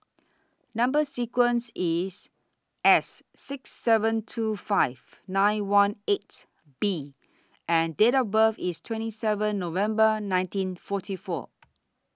Number sequence IS S six seven two five nine one eight B and Date of birth IS twenty seven November nineteen forty four